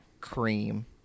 cream